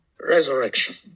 resurrection